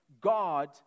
God